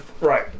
Right